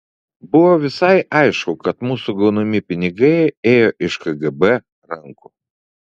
buvo visai aišku kad mūsų gaunami pinigai ėjo iš kgb rankų